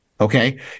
okay